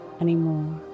anymore